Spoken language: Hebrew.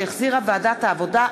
שהחזירה ועדת העבודה,